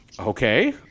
Okay